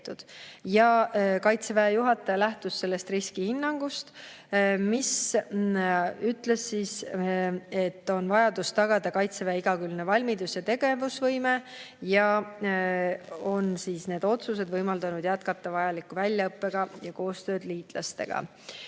Kaitseväe juhataja lähtus riskihinnangust, mis ütles, et on vaja tagada kaitseväe igakülgne valmidus ja tegevusvõime. Need otsused on võimaldanud jätkata vajalikku väljaõpet ja koostööd liitlastega.